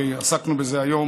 כי עסקנו בזה היום